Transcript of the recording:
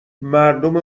مردم